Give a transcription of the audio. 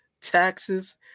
taxes